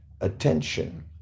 attention